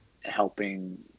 helping